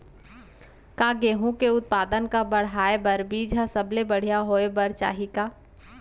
का गेहूँ के उत्पादन का बढ़ाये बर बीज ह सबले बढ़िया होय बर चाही का?